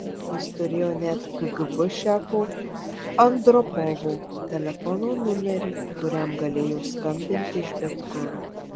jis turėjo net kgb šefo andropovo telefono numerį kuriam galėjo skambinti iš bet kur